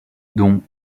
dont